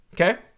Okay